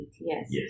Yes